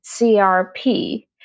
CRP